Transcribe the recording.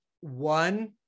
one